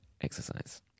exercise